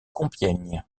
compiègne